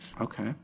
Okay